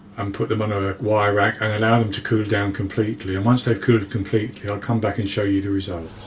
and put them on a wire rack and allow them to cool down completely. and once they've cooled completely i'll come back and show you the results.